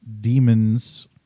demons